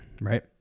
right